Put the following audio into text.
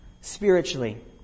spiritually